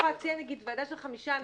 יכולה להציע נגיד ועדה של חמישה אנשים,